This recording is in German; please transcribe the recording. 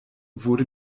wurde